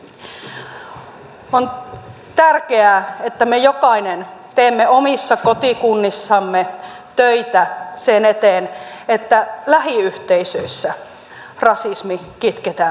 on tärkeää että me jokainen teemme omissa kotikunnissamme töitä sen eteen että lähiyhteisöissä rasismi kitketään pois